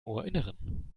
ohrinneren